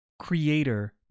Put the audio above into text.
creator